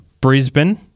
Brisbane